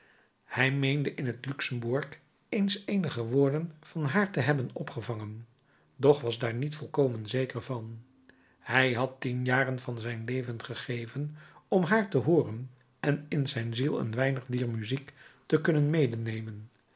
hij meende in het luxemburg eens eenige woorden van haar te hebben opgevangen doch was daar niet volkomen zeker van hij had tien jaren van zijn leven gegeven om haar te hooren en in zijn ziel een weinig dier muziek te kunnen medenemen